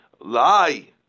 Lie